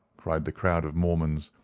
cried the crowd of mormons,